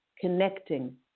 connecting